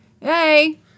hey